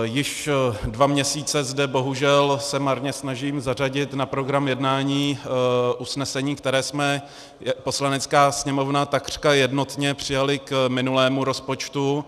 Již dva měsíce se zde bohužel marně snažím zařadit na program jednání usnesení, které jsme jako Poslanecká sněmovna takřka jednotně přijali k minulému rozpočtu.